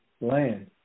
Land